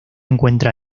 encuentra